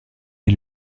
est